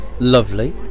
Lovely